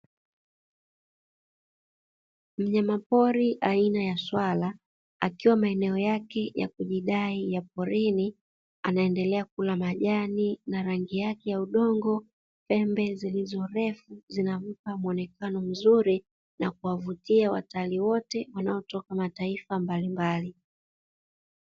Mnyama pori aina ya swala akiwa maeneo yake kujidai ya porini anaendelea kula majani na rangi yake ya udongo, na pembe zilizorefu zinampa muonekano mzuri na kuwavutia watalii wote wanaotoka mataifa mbalimbali.